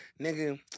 nigga